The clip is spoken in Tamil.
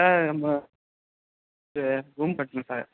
ஆ ஆமாம் இது ரூம் கட்டணும் சார்